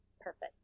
Perfect